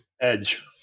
Edge